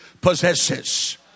possesses